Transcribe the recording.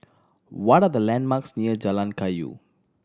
what are the landmarks near Jalan Kayu